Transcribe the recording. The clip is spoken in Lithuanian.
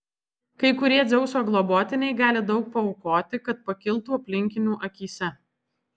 kai kurie dzeuso globotiniai gali daug paaukoti kad pakiltų aplinkinių akyse